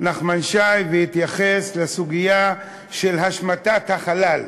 נחמן שי והתייחס לסוגיה של השמטת החלל.